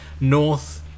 north